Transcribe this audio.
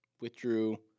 withdrew